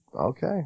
okay